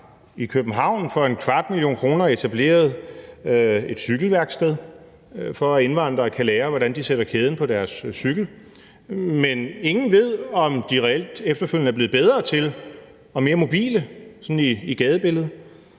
i København for en kvart million kroner etableret et cykelværksted, for at indvandrere kan lære, hvordan de sætter kæden på deres cykel, men ingen ved, om de reelt efterfølgende er blevet bedre til det og mere mobile, sådan i gadebilledet.